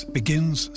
begins